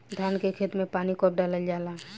धान के खेत मे पानी कब डालल जा ला?